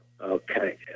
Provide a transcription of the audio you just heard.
Okay